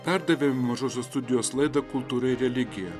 perdavėme mažosios studijos laidą kultūra ir religija